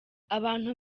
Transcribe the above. abantu